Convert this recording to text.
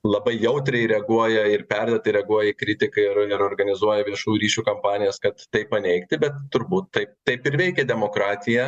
labai jautriai reaguoja ir perdėtai reaguoja į kritiką ir ir organizuoja viešų ryšių kampanijas kad tai paneigti bet turbūt taip taip ir veikia demokratija